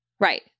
Right